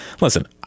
listen